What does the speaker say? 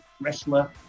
wrestler